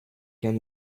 can